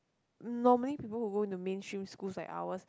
normally people who go to mainstream schools like ours